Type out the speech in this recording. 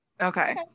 okay